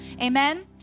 amen